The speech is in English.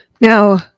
Now